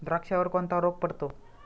द्राक्षावर कोणता रोग पडतो?